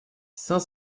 cinq